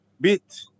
beat